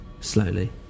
slowly